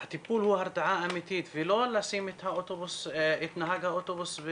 שהטיפול הוא ההרתעה האמיתית ולא לשים את נהג האוטובוס,